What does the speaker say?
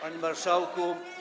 Panie Marszałku!